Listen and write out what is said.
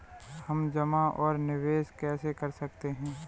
हम जमा और निवेश कैसे कर सकते हैं?